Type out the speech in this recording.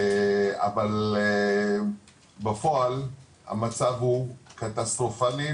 אבל בפועל המצב הוא קטסטרופלי,